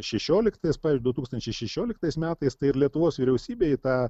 šešioliktais du tūkstančiai šešioliktais metais tai ir lietuvos vyriausybė į tą